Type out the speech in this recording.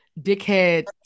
dickhead